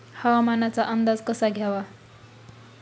हवामानाचा अंदाज कसा घ्यावा?